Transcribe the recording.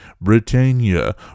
Britannia